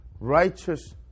Righteous